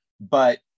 But-